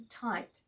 tight